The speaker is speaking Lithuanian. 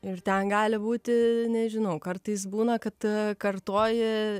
ir ten gali būti nežinau kartais būna kad kartoji